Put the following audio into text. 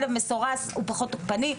כלב מסורס הוא פחות תוקפני.